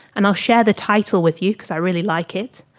and i'll share the title with you, because i really like it.